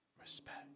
Respect